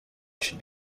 should